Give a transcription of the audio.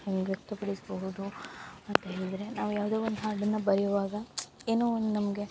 ಹೆಂಗೆ ವ್ಯಕ್ತಪಡಿಸ್ಬೋದು ಅಂತ ಹೇಳಿದ್ರೆ ನಾವು ಯಾವುದೋ ಒಂದು ಹಾಡನ್ನ ಬರೆಯುವಾಗ ಏನೋ ಒಂದು ನಮಗೆ